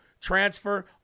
transfer